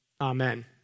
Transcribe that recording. Amen